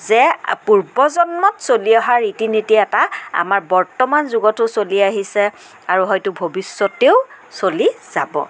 যে পূৰ্বজন্মত চলি অহা ৰীতি নীতি এটা আমাৰ বৰ্তমান যুগতো চলি আহিছে আৰু হয়তো ভৱিষ্যতেও চলি যাব